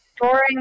Boring